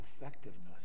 effectiveness